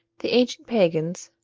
the ancient pagans,